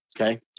Okay